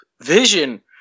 Vision